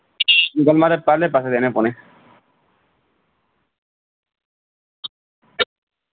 मगर पैह्लें पैसे देने पौने